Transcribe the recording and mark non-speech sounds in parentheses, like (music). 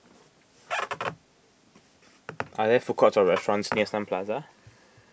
(noise) are there food courts or restaurants near Sun Plaza